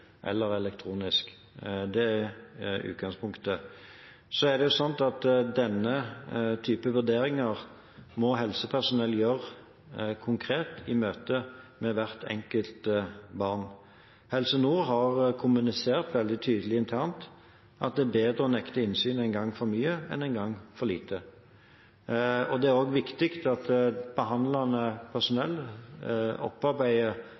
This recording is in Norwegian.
Det er utgangspunktet. Denne typen vurderinger må helsepersonell gjøre konkret i møte med hvert enkelt barn. Helse Nord har kommunisert veldig tydelig internt at det er bedre å nekte innsyn en gang for mye enn en gang for lite. Det er også viktig at behandlende